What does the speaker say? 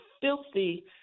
filthy